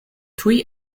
tuj